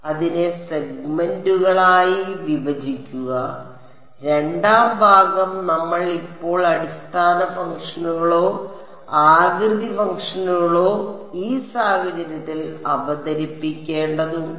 അതിനെ സെഗ്മെന്റുകളായി വിഭജിക്കുക രണ്ടാം ഭാഗം നമ്മൾ ഇപ്പോൾ അടിസ്ഥാന ഫംഗ്ഷനുകളോ ആകൃതി ഫംഗ്ഷനുകളോ ഈ സാഹചര്യത്തിൽ അവതരിപ്പിക്കേണ്ടതുണ്ട്